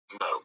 No